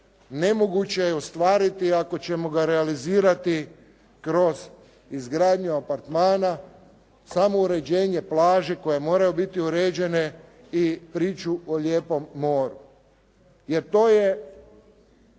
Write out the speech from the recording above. nemoguće je ostvariti ako ćemo ga realizirati kroz izgradnju apartmana, samouređenje plaže koje moraju biti uređene i priču o lijepom moru, jer to je